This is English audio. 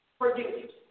produced